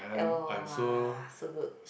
wow so good